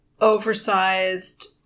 oversized